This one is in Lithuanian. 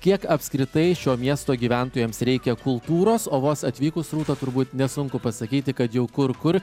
kiek apskritai šio miesto gyventojams reikia kultūros o vos atvykus rūta turbūt nesunku pasakyti kad jau kur kur